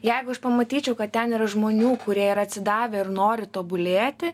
jeigu aš pamatyčiau kad ten yra žmonių kurie yra atsidavę ir nori tobulėti